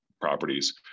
properties